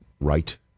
right